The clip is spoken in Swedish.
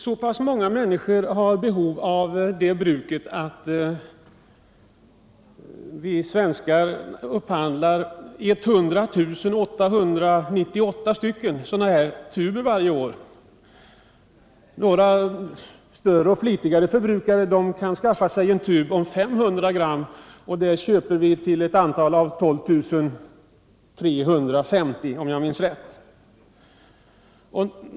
Så många människor har behov av detta preparat att vi svenskar upphandlar 100 898 tuber varje år. Större och flitigare förbrukare kan skaffa sig en tub om 500 gr., och sådana köper vi till ett antal av 12 350, om jag minns rätt.